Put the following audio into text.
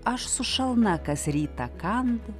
aš su šalna kas rytą kandu